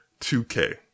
2K